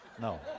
No